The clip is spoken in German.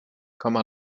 komma